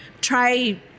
try